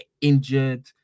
injured